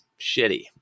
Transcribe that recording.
Shitty